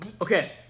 Okay